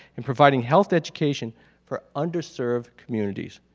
and providing health education for under served communities.